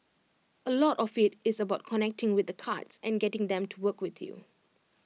A lot of IT is about connecting with the cards and getting them to work with you